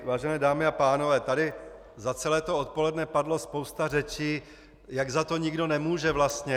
Vážené dámy a pánové, tady za celé odpoledne padla spousta řečí, jak za to nikdo nemůže vlastně.